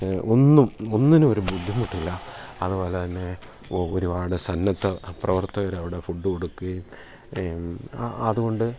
ഒന്നും ഒന്നിനുമൊരു ബുദ്ധിമുട്ടില്ല അതുപോലെ തന്നെ ഒരുപാട് സന്നദ്ധ പ്രവർത്തകർ അവിടെ ഫുഡ് കൊടുക്കുകയും അതുകൊണ്ട്